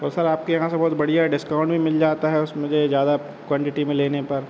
और सर आपके यहाँ से बहुत बढ़िया डिस्काउंट भी मिल जाता है उस मुझे ज़्यादा क्वान्टिटी में लेने पर